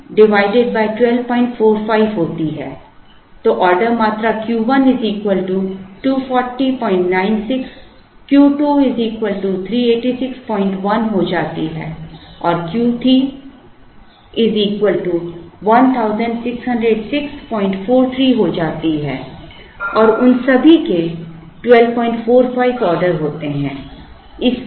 तो ऑर्डर मात्रा Q 1 24096 Q2 3861 हो जाती है और Q3 160643 हो जाती है और उन सभी के 1245 ऑर्डर होते हैं